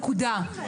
נקודה.